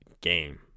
game